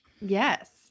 Yes